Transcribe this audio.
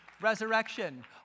resurrection